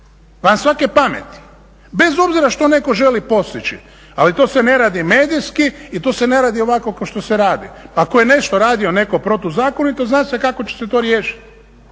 van svake pameti, bez obzira što netko želi postići. Ali to se ne radi medijski i to se ne radi ovako kao što se radi. Ako je nešto radio netko protuzakonito, zna se kako će se to riješiti.